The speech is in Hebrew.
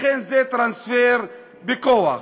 לכן זה טרנספר בכוח.